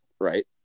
right